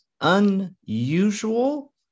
unusual